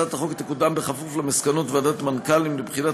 הצעת החוק תקודם בכפוף למסקנות ועדת מנכ"לים לבחינת